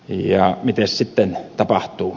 ja mitenkäs sitten tapahtuu